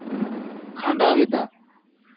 ᱠᱷᱟᱸᱱᱰᱟᱣ ᱮᱫᱟ